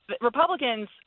Republicans